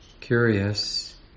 curious